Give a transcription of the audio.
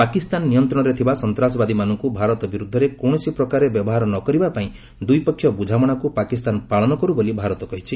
ପାକିସ୍ତାନ ନିୟନ୍ତ୍ରଣରେ ଥିବା ସନ୍ତାସବାଦୀମାନଙ୍କୁ ଭାରତ ବିରୁଦ୍ଧରେ କୌଣସି ପ୍ରକାରେ ବ୍ୟବହାର ନ କରିବା ପାଇଁ ଦ୍ୱିପକ୍ଷିୟ ବୃଝାମଣାକୁ ପାକିସ୍ତାନ ପାଳନ କର୍ ବୋଲି ଭାରତ କହିଛି